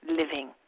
living